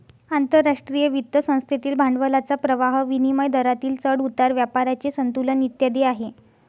आंतरराष्ट्रीय वित्त संस्थेतील भांडवलाचा प्रवाह, विनिमय दरातील चढ उतार, व्यापाराचे संतुलन इत्यादी आहे